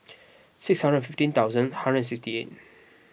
six hundred and fifteen thousand hundred and sixty eight